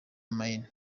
maine